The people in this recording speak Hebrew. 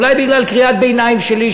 אולי אפילו בגלל קריאת ביניים שלי,